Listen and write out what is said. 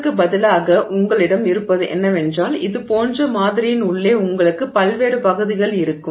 அதற்குப் பதிலாக உங்களிடம் இருப்பது என்னவென்றால் இது போன்ற மாதிரியின் உள்ளே உங்களுக்கு பல்வேறு பகுதிகள் இருக்கும்